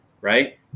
Right